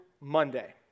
Monday